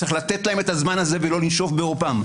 צריך לתת להם את הזמן הזה ולא לנשוף בעורפם.